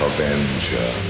Avenger